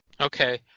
okay